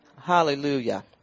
Hallelujah